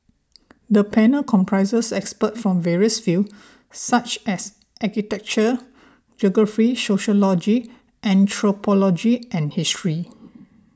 the panel comprises experts from various fields such as architecture geography sociology anthropology and history